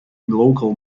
local